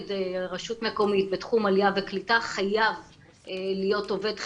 רשות מקומית בתחום עלייה וקליטה חייב להיות עובד חיוני.